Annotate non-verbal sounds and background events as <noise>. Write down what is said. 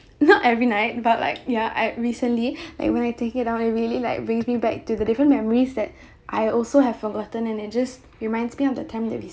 not every night but like ya I recently <breath> like when I take it out it really like brings me back to the different memories that I also have forgotten and it just reminds me of the time that we